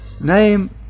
name